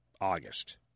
August